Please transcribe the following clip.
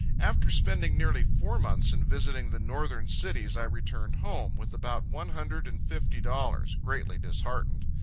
after spending nearly four months in visiting the northern cities, i returned home, with about one hundred and fifty dollars, greatly disheartened.